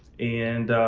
and,